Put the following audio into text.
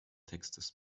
textes